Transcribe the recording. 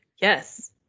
Yes